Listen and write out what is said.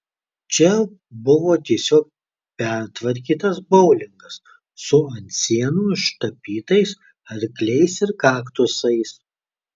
čia buvo tiesiog pertvarkytas boulingas su ant sienų ištapytais arkliais ir kaktusais